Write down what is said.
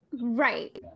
right